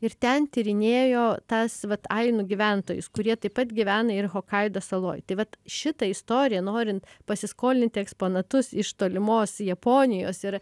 ir ten tyrinėjo tas vat ainų gyventojus kurie taip pat gyvena ir hokaido saloj tai vat šitą istoriją norint pasiskolinti eksponatus iš tolimos japonijos ir